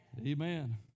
amen